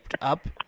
up